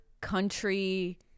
country